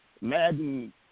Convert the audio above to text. Madden